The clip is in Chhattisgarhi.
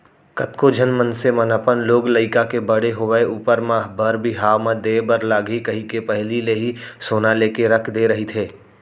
कतको झन मनसे मन अपन लोग लइका के बड़े होय ऊपर म बर बिहाव म देय बर लगही कहिके पहिली ले ही सोना लेके रख दे रहिथे